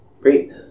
Great